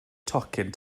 tocyn